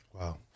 Wow